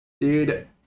dude